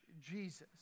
Jesus